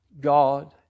God